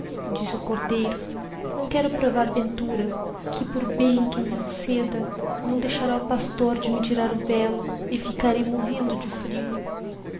disse o cordeiro naõ quero proar ventura que por bem que me succeda naô deixará o pastor de me tirar o yéllo e ficarei morrendo de frio